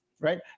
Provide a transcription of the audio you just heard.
right